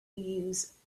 use